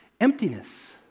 Emptiness